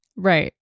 Right